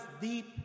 deep